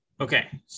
Okay